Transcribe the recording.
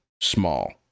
small